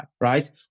right